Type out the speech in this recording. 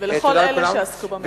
ולכל אלה שעסקו במלאכה.